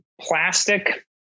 plastic